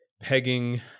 pegging